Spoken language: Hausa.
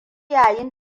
yayin